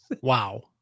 Wow